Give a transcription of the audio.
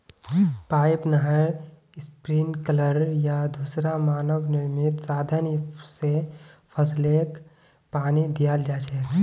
pipe, नहर, sprinkler या दूसरा मानव निर्मित साधन स फसलके पानी दियाल जा छेक